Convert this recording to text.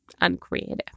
uncreative